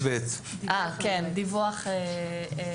לממשלה.